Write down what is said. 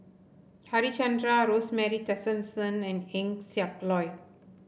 Harichandra Rosemary Tessensohn and Eng Siak Loy